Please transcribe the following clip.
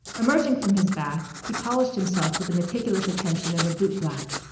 emerging from his bath he polished himself with the meticulous attention of a bootblack.